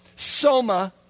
Soma